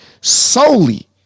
solely